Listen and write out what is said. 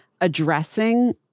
addressing